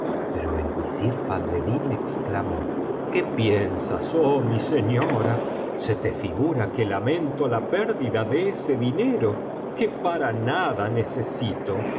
pero el visir fadleddín exclamó qué piensas oh mi señora se te figura que lamento la pérdida de ese dinero que para nada necesito